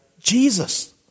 Jesus